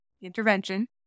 intervention